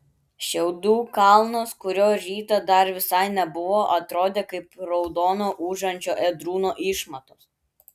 šiaudų kalnas kurio rytą dar visai nebuvo atrodė kaip raudono ūžiančio ėdrūno išmatos